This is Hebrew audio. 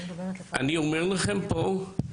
אני אומר לכם כאן,